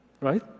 right